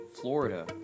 Florida